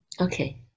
okay